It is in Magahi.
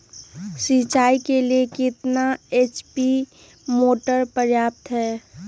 सिंचाई के लिए कितना एच.पी मोटर पर्याप्त है?